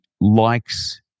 likes